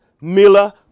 Miller